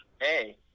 Hey